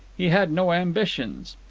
he had no ambitions.